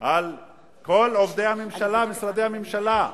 על כל עובדי הממשלה,